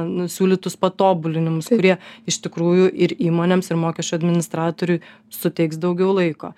nu siūlytus patobulinimus kurie iš tikrųjų ir įmonėms ir mokesčių administratoriui suteiks daugiau laiko